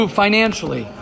financially